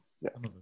Yes